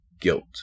guilt